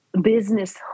business